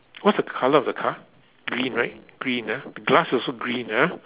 what's the colour of the car green right green ah the glass also green ah